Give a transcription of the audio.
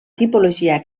tipologia